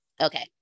Okay